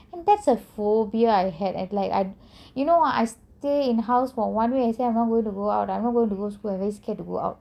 and that's a phobia I had you know I stayed in house for one week I'm not going to go out I'm not going to go school I'm very scared to go out